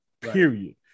period